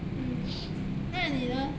mm 那你呢 you got think of like